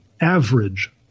average